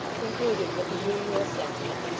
concluded with the usual sentiment,